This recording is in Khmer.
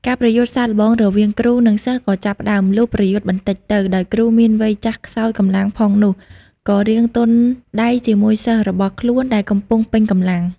ការប្រយុទ្ធសាកល្បងរវាងគ្រូ និងសិស្សក៏ចាប់ផ្ដើម លុះប្រយុទ្ធបន្តិចទៅ ដោយគ្រូមានវ័យចាស់ខ្សោយកម្លាំងផងនោះ ក៏រាងទន់ដៃជាមួយសិស្សរបស់ខ្លួនដែលកំពុងពេញកម្លាំង ។